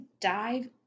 dive